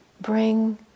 bring